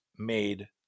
made